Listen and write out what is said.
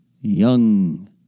young